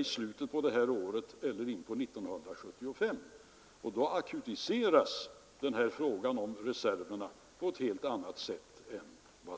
i slutet av detta år eller i början av år 1975. Då akutiseras frågan om dessa reserver på ett helt annat sätt än i dag.